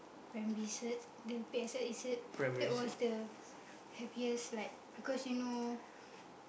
primary cert the P_S_L_E cert that was the happiest like because you know